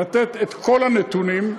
לתת את כל הנתונים,